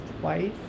twice